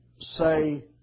Say